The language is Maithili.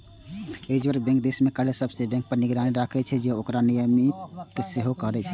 रिजर्व बैंक देश मे कार्यरत सब बैंक पर निगरानी राखै छै आ ओकर नियमन सेहो करै छै